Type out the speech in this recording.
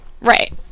right